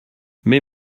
mais